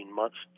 months